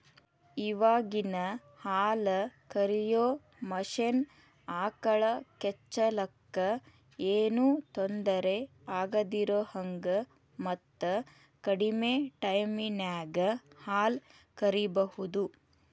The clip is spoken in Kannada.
ಇವಾಗಿನ ಹಾಲ ಕರಿಯೋ ಮಷೇನ್ ಆಕಳ ಕೆಚ್ಚಲಕ್ಕ ಏನೋ ತೊಂದರೆ ಆಗದಿರೋಹಂಗ ಮತ್ತ ಕಡಿಮೆ ಟೈಮಿನ್ಯಾಗ ಹಾಲ್ ಕರಿಬಹುದು